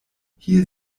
hier